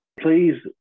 please